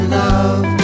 love